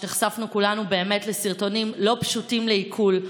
נחשפנו כולנו באמת לסרטונים לא פשוטים לעיכול,